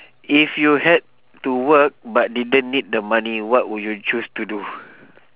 if you had to work but didn't need the money what would you choose to do